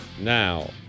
Now